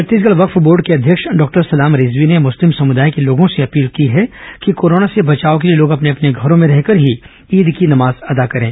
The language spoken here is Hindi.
छत्तीसगढ़ वक्फ बोर्ड के अध्यक्ष डॉक्टर सलाम रिजवी ने मुस्लिम समुदाय के लोगों से अपील की है कि कोरोना से बचाव के लिए लोग अपने अपने घरों में रहकर ही ईद की नमाज अदा करें